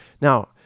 Now